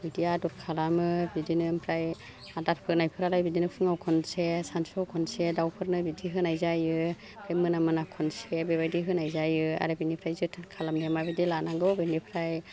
बिदि आदर खालामो बिदिनो ओमफ्राय आदार होनायफ्रालाय बिदिनो फुंआव खनसे सानसुआव खनसे दावफोरनो बिदि होनाय जायो ओमफ्राय मोना मोना खनसे बेबायदि होनाय जायो आरो बेनिफ्राय जोथोन खालामनो माबादि लानांगौ बेनिफ्राय